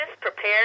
prepared